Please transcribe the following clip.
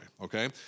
okay